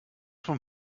vom